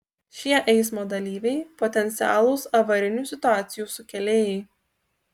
šie eismo dalyviai potencialūs avarinių situacijų sukėlėjai